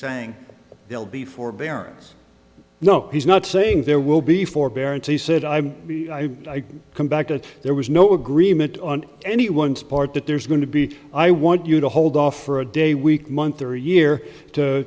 saying he'll be forbearance no he's not saying there will be forbearance he said i've come back to it there was no agreement on anyone's part that there's going to be i want you to hold off for a day week month or year to